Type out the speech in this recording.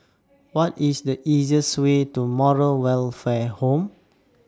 What IS The easiest Way to Moral Welfare Home